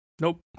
nope